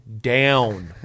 down